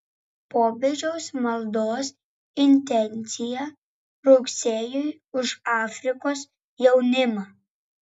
popiežiaus maldos intencija rugsėjui už afrikos jaunimą